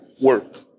work